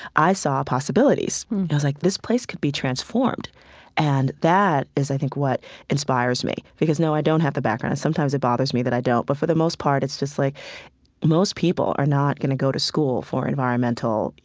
i saw possibilities. i was like, this place could be transformed and that is, i think, what inspires me. because, no, i don't have the background. sometimes it bothers me that i don't. but for the most part, it's just like most people are not going to go to school for environmental, you